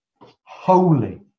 holy